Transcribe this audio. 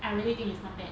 I really think it's not bad